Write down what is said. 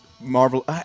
Marvel